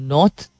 North